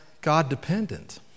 God-dependent